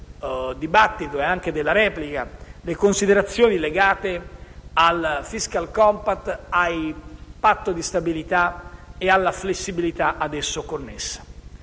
dibattito e della replica, le considerazioni legate al *fiscal compact*, al Patto di stabilità e alla flessibilità ad esso connessa.